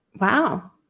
Wow